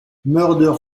mulder